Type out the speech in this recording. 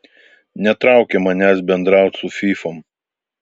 netraukia manęs bendraut su fyfom